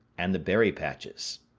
and the berry patches.